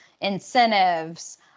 incentives